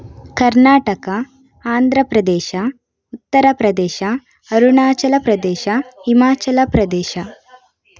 Karnataka Andhra Pradesh Uttar Pradesh Arunachal Pradesh Himachal Pradesh